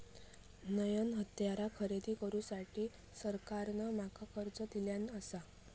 नईन हत्यारा खरेदी करुसाठी सरकारान माका कर्ज दिल्यानं आसा